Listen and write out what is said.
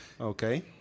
Okay